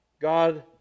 God